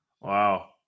Wow